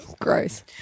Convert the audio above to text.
Gross